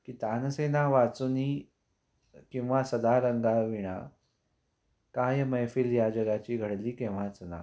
की तानसेनावाचूनी किंवा सदा रंगाविना काय मैफिल या जगाची घडली केव्हाच ना